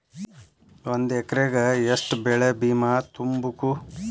ಒಂದ್ ಎಕ್ರೆಗ ಯೆಷ್ಟ್ ಬೆಳೆ ಬಿಮಾ ತುಂಬುಕು?